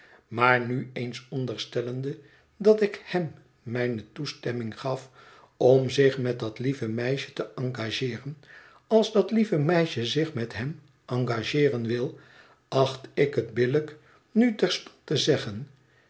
maar nu eens onderstellende dat ik hem mijne toestemming gaf om zich met dat lieve meisje te engageeren als dat lieve meisje zich met hem engageeren wil acht ik het billijk nu terstond te zeggen